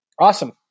Awesome